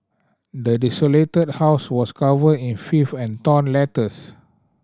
the desolated house was covered in fifth and torn letters